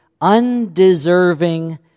undeserving